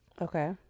Okay